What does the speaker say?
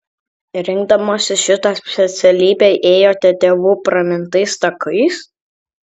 rinkdamasi šitą specialybę ėjote tėvų pramintais takais